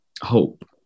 hope